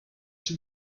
two